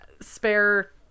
Spare